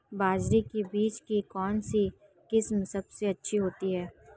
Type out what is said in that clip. बाजरे के बीज की कौनसी किस्म सबसे अच्छी होती है?